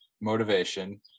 motivation